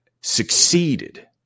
succeeded